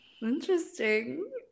interesting